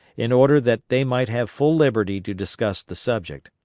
in order that they might have full liberty to discuss the subject.